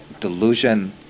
delusion